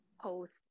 post